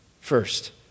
first